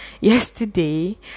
Yesterday